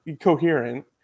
coherent